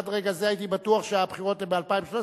עד רגע זה הייתי בטוח שהבחירות הן ב-2013,